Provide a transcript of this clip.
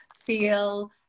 feel